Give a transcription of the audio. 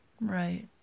right